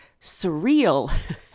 surreal